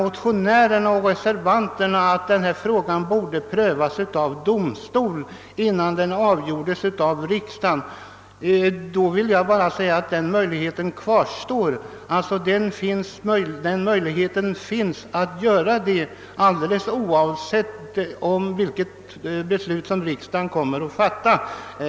Motinonärer och reservanter menar att den frågan borde prövas av domstol innan den avgöres av riksdagen — men den möjligheten kvarstår ju oavsett vilket beslut riksdagen fattar!